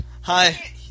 Hi